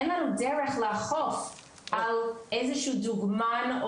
אין לנו דרך לאכוף על איזשהו דוגמן,